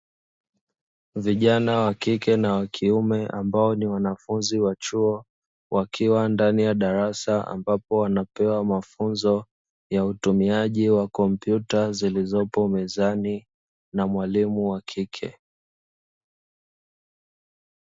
Vijana wa kike na wa kiume ambao ni wanafunzi wa chuo wakiwa ndani ya darasa, ambapo wanapewa mafunzo ya utumiaji wa kompyuta zilizopo mezani na mwalimu wa kike.